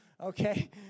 Okay